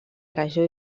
regió